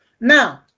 Now